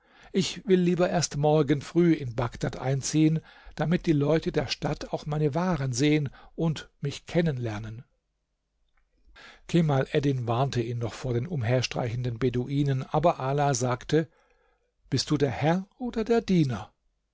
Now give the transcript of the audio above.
ich will lieber erst morgen früh in bagdad einziehen damit die leute der stadt auch meine waren sehen und mich kennenlernen kemal eddin warnte ihn noch vor den umherstreichenden beduinen aber ala sagte bist du der herr oder der diener